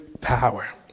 power